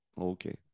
Okay